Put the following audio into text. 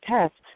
tests